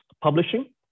publishing